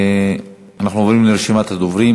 אנחנו עוברים לרשימת הדוברים.